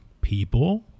people